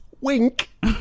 Wink